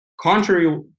contrary